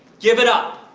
give it up!